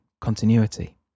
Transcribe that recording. continuity